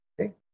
Okay